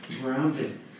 grounded